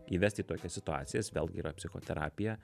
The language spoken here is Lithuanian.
įvesti į tokias situacijas vėlgi yra psichoterapija